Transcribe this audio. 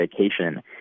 vacation